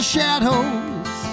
Shadows